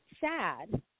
sad